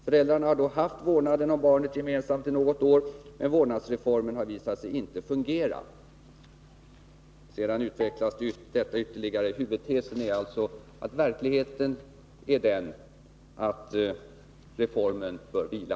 Föräldrarna har då haft vårdnaden om barnet gemensam i något år, men vårdnadsformen har visat sig inte fungera.” Sedan utvecklas detta ytterligare. Huvudtesen är alltså att verkligheten är sådan att reformen bör vila.